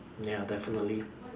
ya definitely